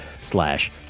slash